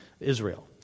Israel